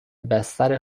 بستر